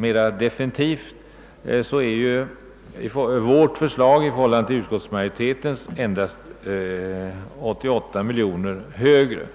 föreslår vi endast 88 miljoner kronor mer än utskottsmajoriteten.